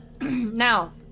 Now